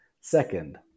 Second